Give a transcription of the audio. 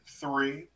three